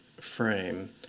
frame